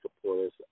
supporters